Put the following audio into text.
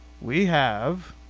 we have,